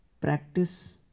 practice